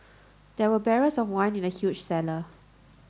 there were barrels of wine in the huge cellar